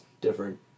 different